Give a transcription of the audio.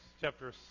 chapter